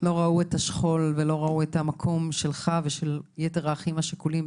לא ראו את השכול ואת המקום שלך ושל יתר האחים השכולים,